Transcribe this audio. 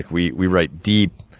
like we we write deep,